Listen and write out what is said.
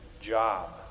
job